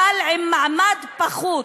אבל עם מעמד פחות.